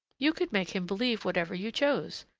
you could make him believe whatever you chose.